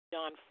John